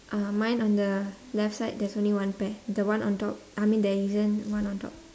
uh mine on the left side there's only one pair the one on top I mean there isn't one on top